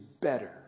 Better